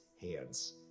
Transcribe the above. hands